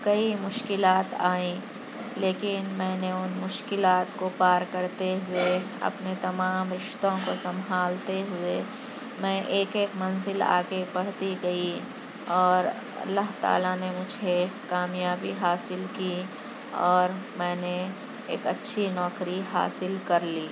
کئی مشکلات آئیں لیکن میں نے ان مشکلات کو پار کرتے ہوئے اپنے تمام رشتوں کو سنبھالتے ہوئے میں ایک ایک منزل آگے بڑھتی گئی اور اللہ تعالیٰ نے مجھے کامیابی حاصل کی اور میں نے ایک اچھی نوکری حاصل کر لی